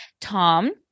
Tom